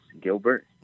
Gilbert